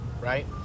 right